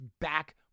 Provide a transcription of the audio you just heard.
back